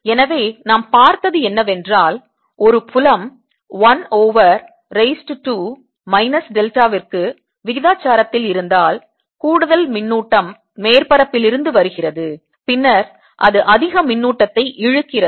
எனவே நாம் பார்த்தது என்னவென்றால் ஒரு புலம் 1 over raise to 2 minus delta க்கு விகிதாசாரத்தில் இருந்தால் கூடுதல் மின்னூட்டம் மேற்பரப்பில் இருந்து வருகிறது பின்னர் அது அதிக மின்னூட்டத்தை இழுக்கிறது